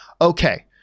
okay